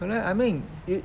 you know I mean it